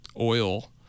oil